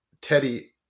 Teddy